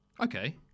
Okay